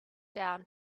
down